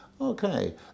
Okay